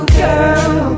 girl